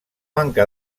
manca